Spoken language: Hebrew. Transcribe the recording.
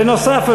בנוסף,